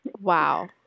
Wow